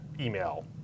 email